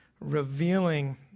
revealing